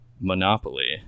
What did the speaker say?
Monopoly